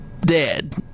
dead